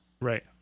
Right